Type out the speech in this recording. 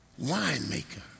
winemaker